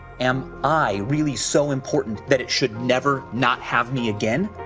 am i really so important that it should never not have me again?